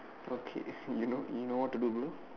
okay you know you know what to do bro